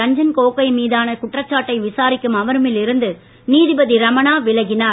ரஞ்சன் கோகோய் மீதான குற்றச்சாட்டை விசாரிக்கும் அமர்வில் இருந்து நீதிபதி ரமணா விலகினார்